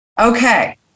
Okay